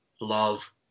love